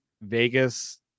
Vegas